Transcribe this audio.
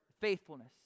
faithfulness